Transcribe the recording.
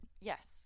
Yes